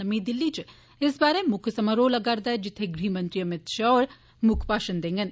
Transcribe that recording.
नमीं दिल्ली इच इस बारे मुक्ख समारोह लग्गा रदा ऐ जित्थे गृह मंत्री अमित षाह होर मुक्ख भाशण देंडन